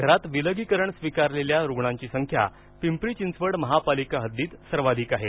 घरात विलगीकरण स्वीकारलेल्या रुग्णांची संख्या पिंपरी चिंचवड महापालिका हद्दीत सर्वाधिक आहे